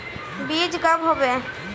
बीज कब होबे?